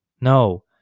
No